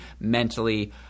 mentally